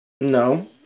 No